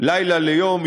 לילה ליום,